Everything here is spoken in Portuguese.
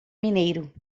mineiro